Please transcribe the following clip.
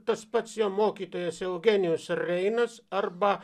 tas pats jo mokytojas eugenijus reinas arba